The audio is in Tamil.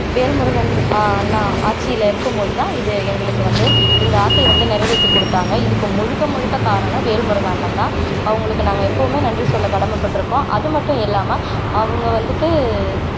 வேல்முருகன் அண்ணா ஆட்சியில் இருக்கும் போது தான் இதை எங்களுக்கு வந்து இந்த ஆசையை வந்து நிறவேத்தி கொடுத்தாங்க இதுக்கு முழுக்க முழுக்க காரணம் வேல்முருகன் அண்ணன் தான் அவங்களுக்கு நாங்க எப்போவுமே நன்றி சொல்ல கடமை பட்டுஇருக்கோம் அது மட்டும் இல்லாமல் அவங்க வந்துகிட்டு